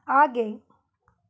आगे